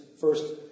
first